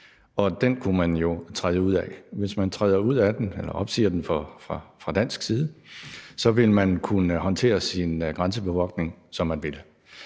og den kunne man jo træde ud af. Hvis man træder ud af den eller opsiger den fra dansk side, vil man kunne håndtere sin grænsebevogtning, som man vil,